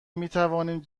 میتوانیم